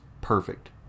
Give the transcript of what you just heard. perfect